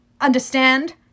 Understand